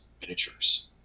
miniatures